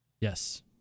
Yes